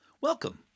Welcome